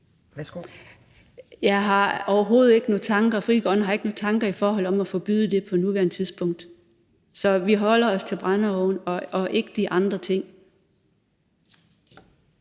har overhovedet ikke nogen tanker om at forbyde det på nuværende tidspunkt. Så vi holder os til brændeovne og ikke de andre ting.